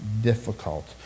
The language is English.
difficult